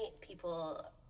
people